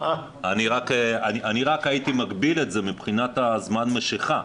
אני רק הייתי מגביל את זה מבחינת זמן משיכה,